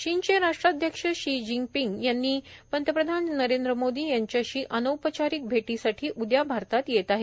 चीनचे राष्ट्राध्यक्ष Xi Jinping पंतप्रधान नरेंद्र मोदी यांच्याशी अनौपचारीक भेटीसाठी उद्या भारतात येत आहेत